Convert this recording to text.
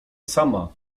sama